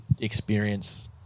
experience